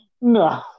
No